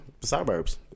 suburbs